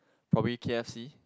probably K_F_C